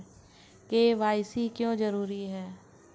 KYC क्यों जरूरी है?